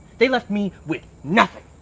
they left me with nothing!